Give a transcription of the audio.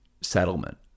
settlement